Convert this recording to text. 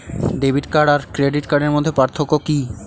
Debit card আর credit কার্ডের মধ্যে পার্থক্য কি?